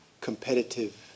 competitive